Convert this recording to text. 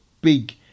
big